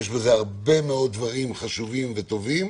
יש בזה הרבה מאוד דברים חשובים וטובים,